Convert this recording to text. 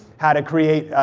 how to create,